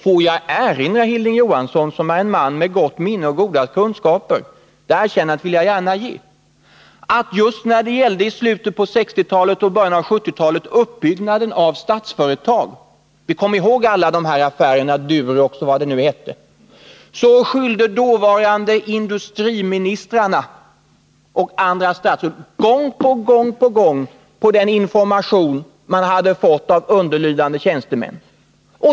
Får jag erinra Hilding Johansson, som är en man med gott minne och goda kunskaper — det erkännandet vill jag gärna ge honom -— att i slutet på 1960-talet och början på 1970-talet då det gällde uppbyggandet av Statsföretag — vi kommer ihåg Duroxaffären m.m. — skyllde dåvarande industriministrarna och andra statsråd gång på gång på den information de hade fått av underlydande tjänstemän.